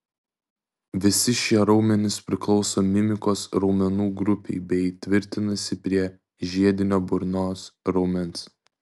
visi šie raumenys priklauso mimikos raumenų grupei bei tvirtinasi prie žiedinio burnos raumens